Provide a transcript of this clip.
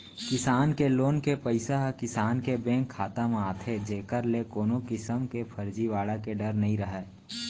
किसान के लोन के पइसा ह किसान के बेंक खाता म आथे जेकर ले कोनो किसम के फरजीवाड़ा के डर नइ रहय